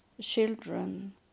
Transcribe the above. children